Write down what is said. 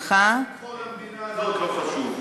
רק ביטחון המדינה הזאת לא חשוב.